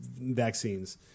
vaccines